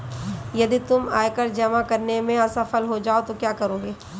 यदि तुम आयकर जमा करने में असफल हो जाओ तो क्या करोगे?